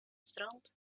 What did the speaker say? strand